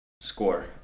score